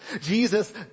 Jesus